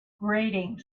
grating